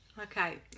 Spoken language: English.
Okay